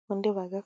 ubundi bagakora.